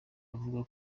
avuga